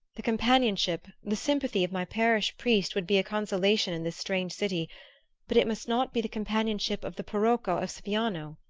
the companionship, the sympathy of my parish priest would be a consolation in this strange city but it must not be the companionship of the parocco of siviano.